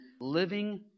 living